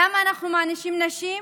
למה אנחנו מענישים נשים?